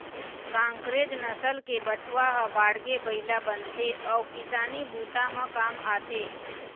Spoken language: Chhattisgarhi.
कांकरेज नसल के बछवा ह बाढ़के बइला बनथे अउ किसानी बूता म काम आथे